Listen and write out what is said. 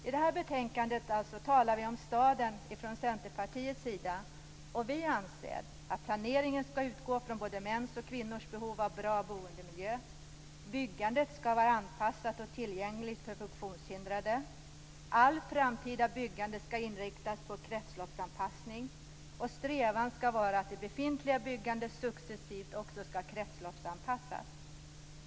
I detta betänkande talar vi från Centerpartiets sida om staden. Vi anser att: · Planeringen skall utgå från både mäns och kvinnors behov av bra boendemiljö. · Allt framtida byggande skall inriktas på kretsloppsanpassning. Strävan skall vara att det befintliga byggandet successivt skall kretsloppsanpassas.